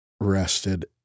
rested